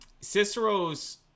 Cicero's